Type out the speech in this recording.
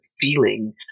feeling